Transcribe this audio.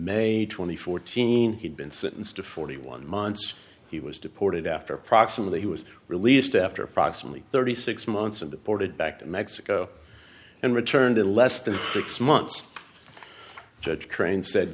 made twenty fourteen he'd been sentenced to forty one months he was deported after approximately he was released after approximately thirty six months and deported back to mexico and returned in less than six months judge crane said